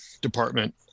department